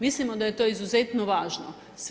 Mislimo da je to izuzetno važno.